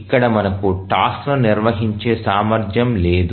ఇక్కడ మనకు టాస్క్ లను నిర్వహించే సామర్ధ్యం లేదు